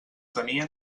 tenia